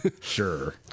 Sure